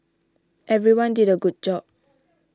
everyone did a good job